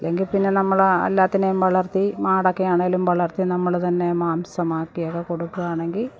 എങ്കില്പ്പിന്നെ നമ്മള് എല്ലാത്തിനെയും വളർത്തി മാടൊക്കെയാണേലും വളർത്തി നമ്മള് തന്നെ മാംസമാക്കിയൊക്കെ കൊടുക്കുകയാണെങ്കില്